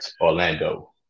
Orlando